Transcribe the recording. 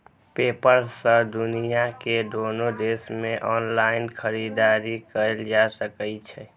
PayPal सं दुनिया के कोनो देश मे ऑनलाइन खरीदारी कैल जा सकै छै